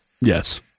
Yes